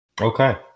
okay